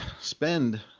spend